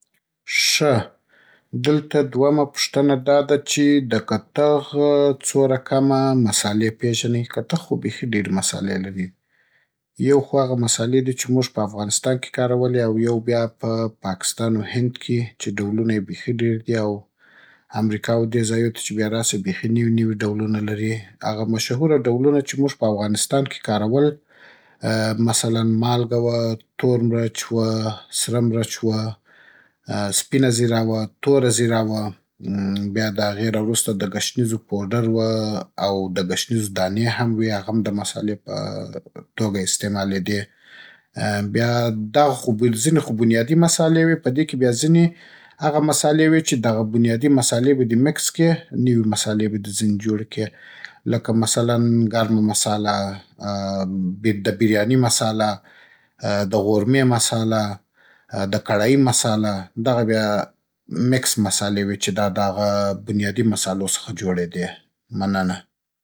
ښه! دلته دومه پوښتنه دا ده چې د کتغ څو رکمه مسالې پېژنئ. کتغ خو بېخي ډېرې مسالې لري! يو خو هغه مسالې دي چې موږ په اوغانستان کې کارولې؛ او يو بیا په پاکستان او هند کې چې ډولونه یې بېخي ډېر دي؛ او امريکا و دې ځايو ته چې بیا راسې بېخي نوي نوي ډولونه لري. هغه مشهوره ډولونه چې موږ په اوغانستان کې کارول مثلن مالګه وه؛ تور مرچ وه؛ سره مرچ وه؛ سپينه زيره وه؛ توره زيره وه؛ بیا د هغې راوروسته د ګشنيزو پوډر وه؛ او د ګشنيزو دانې هم وې، هغم د مسالې په توګه اېستېمالېدې. بیا دغه خو، ځینې خو بنیادې مسالې وې. په دې کې بیا ځینې هغه مسالې وې چې دغه بنیادي مسالې به دې مېکس کې، نوې مسالې به دې ځنې جوړې کې. لکه مثلن ګرمه مساله؛ د برياني مساله؛ د غورمې مساله؛ د کړايي مساله؛ دغه بیا مېکس مسالې وې چې دا د هغه بنیادي مسالو څخه جوړېدې. مننه.